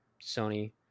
Sony